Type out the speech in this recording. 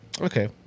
Okay